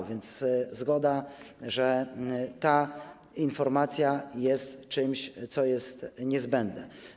A więc zgoda, że ta informacja jest czymś, co jest niezbędne.